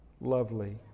lovely